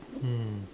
um